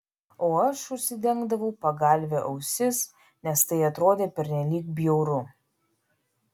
o aš užsidengdavau pagalve ausis nes tai atrodė pernelyg bjauru